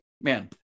Man